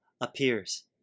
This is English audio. appears